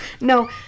no